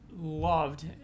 loved